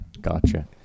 Gotcha